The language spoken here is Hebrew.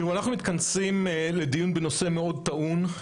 אנחנו מתכנסים לדיון בנושא מאוד טעון.